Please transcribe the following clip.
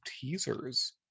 teasers